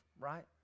right